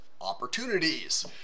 opportunities